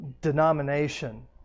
denomination